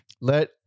let